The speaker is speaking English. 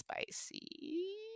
spicy